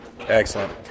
Excellent